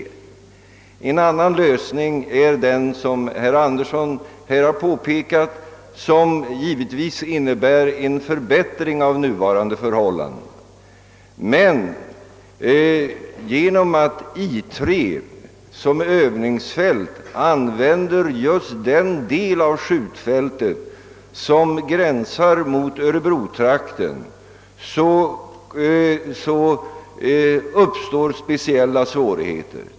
Herr Andersson i Örebro har framhållit en annan lösning som givetvis innebär en förbättring av nuvarande förhållanden, men då I3 som övningsfält använder just den del av skjutfältet som gränsar till Örebro-trakten uppstår speciella svårigheter.